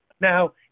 Now